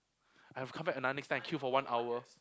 I've to come back another next time and queue for one hour